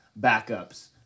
backups